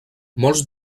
molts